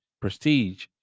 prestige